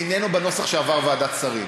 איננו בנוסח שעבר ועדת שרים.